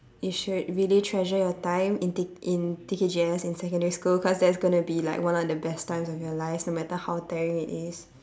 you should really treasure your time in T~ in T_K_G_S in secondary school cause that's going to be like one of the best times of your life no matter how tiring it is